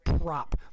prop